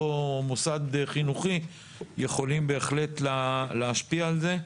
מוסד חינוכי יכולים בהחלט להשפיע על זה.